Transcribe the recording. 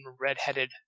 redheaded